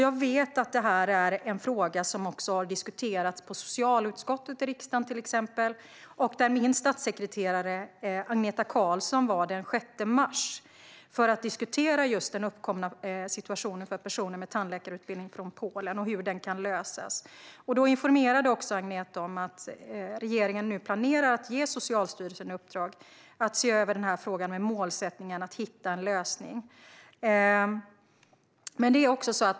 Jag vet att denna fråga har diskuterats i till exempel riksdagens socialutskott, där min statssekreterare Agneta Karlsson var den 6 mars för att diskutera den uppkomna situationen för personer med tandläkarutbildning från Polen och hur den kan lösas. Agneta informerade då om att regeringen planerar att ge Socialstyrelsen i uppdrag att se över frågan med målsättningen att hitta en lösning.